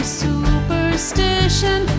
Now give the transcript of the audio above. superstition